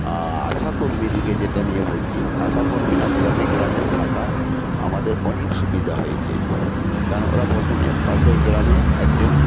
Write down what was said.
আশাকর্মীদেরকে যেটা নিয়ে বলছি আশাকর্মীরা গ্রামে গ্রামে থাকায় আমাদের অনেক সুবিধা হয়েছে কারণ ওরা প্রথমে পাশের গ্রামে একজন